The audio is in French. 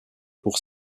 pour